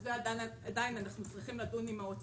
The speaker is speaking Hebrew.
אנחנו מתגמלים ועל זה אנחנו עדיין צריכים לדון על זה עם האוצר.